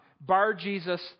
Bar-Jesus